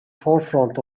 forefront